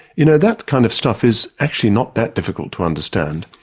you know, that kind of stuff is actually not that difficult to understand.